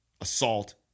assault